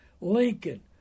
Lincoln